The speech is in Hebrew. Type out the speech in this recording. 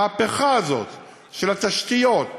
המהפכה הזאת של התשתיות,